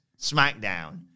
Smackdown